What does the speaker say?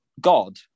god